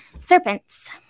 serpents